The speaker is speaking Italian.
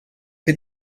che